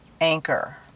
anchor